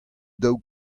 dav